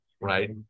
right